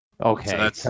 Okay